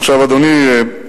עכשיו, אדוני,